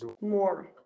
more